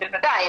בוודאי.